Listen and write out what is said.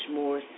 more